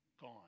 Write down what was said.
gone